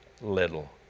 little